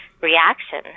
reaction